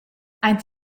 aint